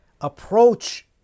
approach